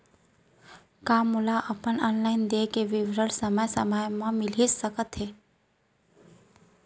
का मोला अपन ऑनलाइन देय के विवरण समय समय म मिलिस सकत हे?